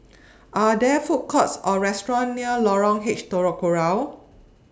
Are There Food Courts Or restaurants near Lorong H Telok Kurau